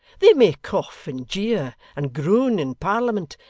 they may cough and jeer, and groan in parliament,